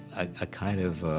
a kind of